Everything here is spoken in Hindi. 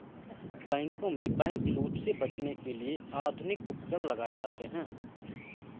बैंकों में बैंकलूट से बचने के लिए आधुनिक उपकरण लगाए जाते हैं